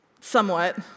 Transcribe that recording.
somewhat